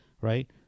right